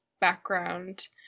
background